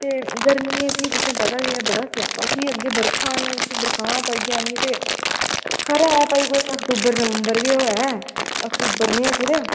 ते गर्मियें फ्ही तुसे ईं पता गै बड़ा स्यापा फ्ही अग्गें बरखा औनी फ्ही बरसांत आई जानी ते खरा आ भई केह् आखदे अक्तूबर नवंबर गै होऐ अक्तूबर म्हीने कुतै